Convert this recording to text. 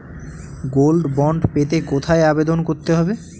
Gold bond পেতে কোথায় আবেদন করতে হবে?